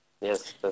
Yes